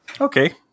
Okay